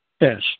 Yes